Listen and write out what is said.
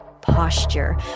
posture